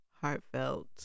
heartfelt